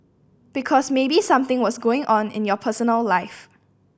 because maybe something was going on in your personal life